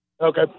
Okay